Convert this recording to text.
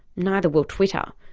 neither will twitter.